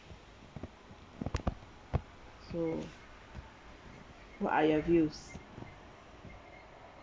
so what are your views